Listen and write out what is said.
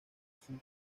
sub